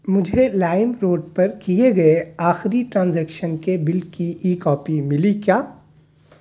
مجھے Lime Road پر کیے گئے آخری ٹرانزیکشن کے بل کی ای کاپی ملی کیا